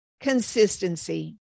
consistency